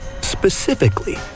Specifically